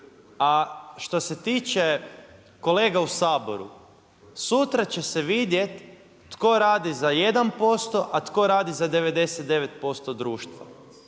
A što se tiče kolega u Saboru, sutra će se vidjeti tko radi za 1% a tko radi za 99% društva.